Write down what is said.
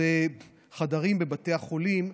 אלה חדרים בבתי החולים,